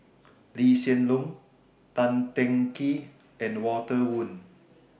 Lee Hsien Loong Tan Teng Kee and Walter Woon